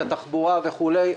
התחבורה וכולי,